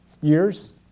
years